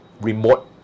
remote